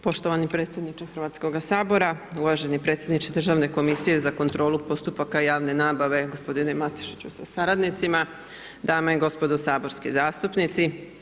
Poštovani predsjedniče Hrvatskoga sabora, uvaženi predsjedniče Državne komisije za kontrolu postupaka javne nabave gospodine Matešiću sa saradnicima, dame i gospodo saborski zastupnici.